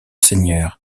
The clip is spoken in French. seigneurs